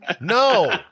No